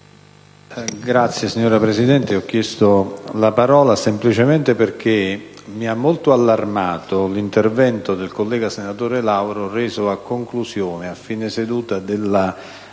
*(PD)*. Signora Presidente, ho chiesto la parola semplicemente perché mi ha molto allarmato l'intervento del collega, senatore Lauro, reso alla fine della seduta di ieri.